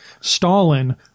Stalin